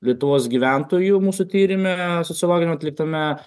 lietuvos gyventojų mūsų tyrime sociologiniam atliktame